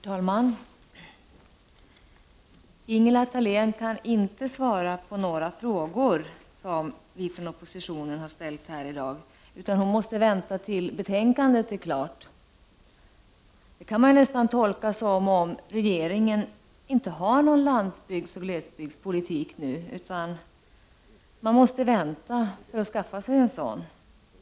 Herr talman! Ingela Thalén kan inte svara på några frågor som vi från oppositionen har ställt här i dag, utan hon måste vänta tills betänkandet är klart. Det kan man nästan tolka som om regeringen inte har någon landsbygdsoch glesbygdspolitik nu utan måste vänta för att skaffa sig en sådan.